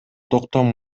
токтом